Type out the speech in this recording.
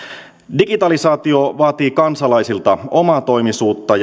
digitalisaatio vaatii kansalaisilta omatoimisuutta